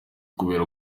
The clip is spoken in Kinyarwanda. kubera